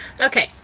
Okay